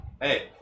Hey